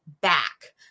back